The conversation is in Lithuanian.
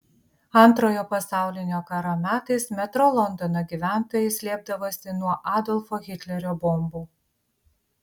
antrojo pasaulinio karo metais metro londono gyventojai slėpdavosi nuo adolfo hitlerio bombų